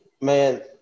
man